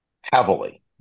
heavily